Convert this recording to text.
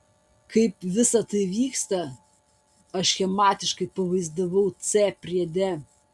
kaip visa tai vyksta aš schematiškai pavaizdavau c priede